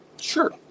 sure